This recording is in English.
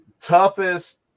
Toughest